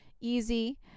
easy